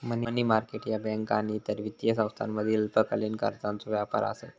मनी market ह्या बँका आणि इतर वित्तीय संस्थांमधील अल्पकालीन कर्जाचो व्यापार आसत